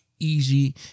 easy